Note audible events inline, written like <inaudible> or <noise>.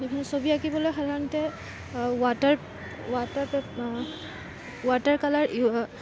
<unintelligible> ছবি আঁকিবলৈ সাধাৰণতে ৱাটাৰ ৱাটাৰ পেপ ৱাটাৰকালাৰ <unintelligible>